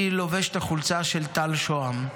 אני לובש את החולצה של טל שוהם.